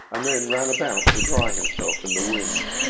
and then ran about to dry himself in the wind.